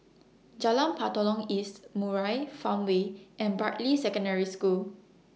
Jalan Batalong East Murai Farmway and Bartley Secondary School